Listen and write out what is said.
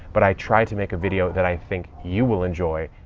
but i try to make a video that i think you will enjoy,